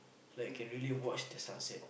like you can really watch the sunset